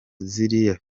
ziriya